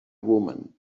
woman